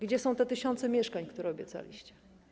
Gdzie są te tysiące mieszkań, które obiecaliście?